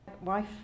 Wife